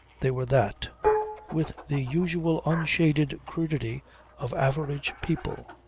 they were that with the usual unshaded crudity of average people.